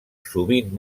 sovint